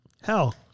Hell